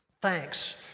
thanks